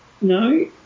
No